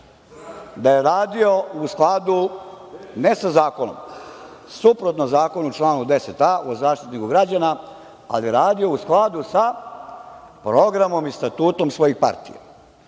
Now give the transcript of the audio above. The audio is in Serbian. da je radio u skladu ne sa zakonom, suprotno zakonu članu 10a o Zaštitniku građana, ali je radio u skladu sa programom i statutom svojih partija.